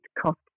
cost